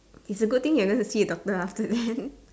it's a good thing you're going to see a doctor after that